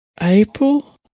April